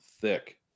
thick